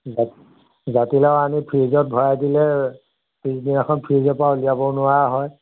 জা জাতিলাও আনি ফ্ৰীজত ভৰাই দিলে পিচদিনাখন ফ্ৰীজৰ পৰা উলিয়াব নোৱাৰা হয়